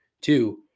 Two